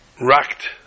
racked